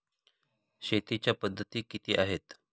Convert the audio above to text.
शेतीच्या पद्धती किती आहेत?